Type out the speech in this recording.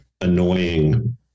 annoying